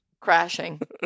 crashing